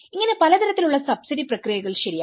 ഇങ്ങനെ പലതരത്തിൽ ഉള്ള സബ്സിഡി പ്രക്രിയകൾ ശരിയായി